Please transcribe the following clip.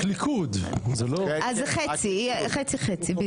זה חצי-חצי.